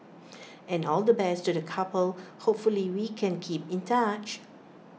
and all the best to the couple hopefully we can keep in touch